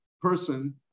person